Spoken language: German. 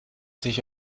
sich